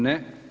Ne.